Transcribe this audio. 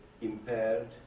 impaired